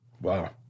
Wow